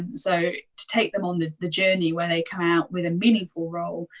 so to take them on the the journey where they come out with a meaningful role,